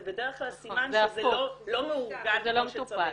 זה בדרך כלל סימן שזה לא מאורגן כמו שצריך.